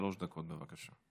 גברתי, שלוש דקות, בבקשה.